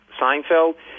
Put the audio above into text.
Seinfeld